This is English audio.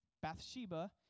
Bathsheba